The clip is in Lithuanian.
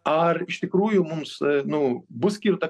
ar iš tikrųjų mums nu bus skirta